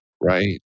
Right